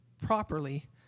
properly